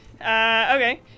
Okay